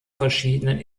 verschiedenen